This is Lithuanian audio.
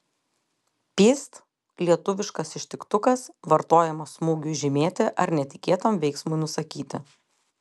pyst lietuviškas ištiktukas vartojamas smūgiui žymėti ar netikėtam veiksmui nusakyti